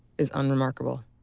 is unremarkable.